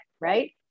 right